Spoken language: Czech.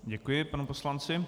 Děkuji panu poslanci.